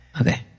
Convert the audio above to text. Okay